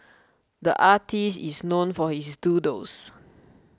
the artist is known for his doodles